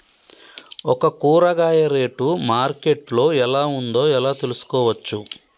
ఒక కూరగాయ rate market లో ఎలా ఉందో ఎలా తెలుసుకోవచ్చు?